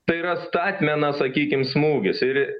tai yra statmenas sakykim smūgis ir